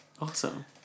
Awesome